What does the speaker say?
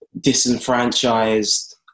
disenfranchised